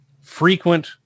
frequent